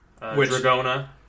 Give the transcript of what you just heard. Dragona